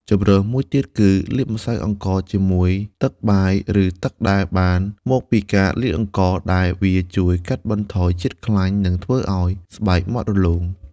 ជម្រើសមួយទៀតគឺ លាយម្សៅអង្ករជាមួយទឹកបាយ ឬទឹកដែលបានមកពីការលាងអង្ករ ដែលវាអាចជួយកាត់បន្ថយជាតិខ្លាញ់ និងធ្វើឱ្យស្បែកម៉ត់រលោង។